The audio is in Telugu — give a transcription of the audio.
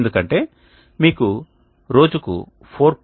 ఎందుకంటే మీకు రోజుకు 4